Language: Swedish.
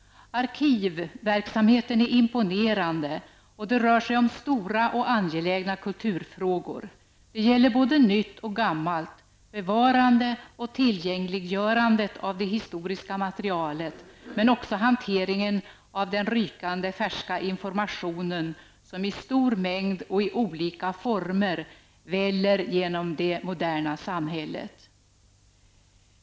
Arkivverksamheten är imponerande, och det rör sig om stora och angelägna kulturfrågor. Det gäller både nytt och gammalt, det gäller bevarandet och tillgängliggörandet av det historiska materialet men också hanteringen av den rykande färska information som i stor mängd och i olika former väller genom det moderna samhället.